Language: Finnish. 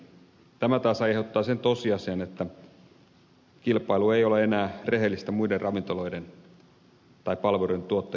tämä taas aiheuttaa sen tosiasian että kilpailu ei ole enää rehellistä muiden ravintoloiden tai palveluiden tuottajien kanssa